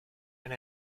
and